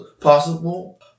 possible